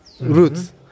roots